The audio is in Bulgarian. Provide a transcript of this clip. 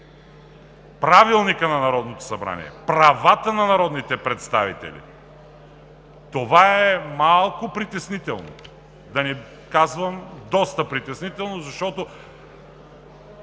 Правилника на Народното събрание, правата на народните представители, това е малко притеснително, да не казвам доста притеснително. Всъщност